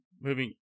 moving